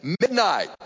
midnight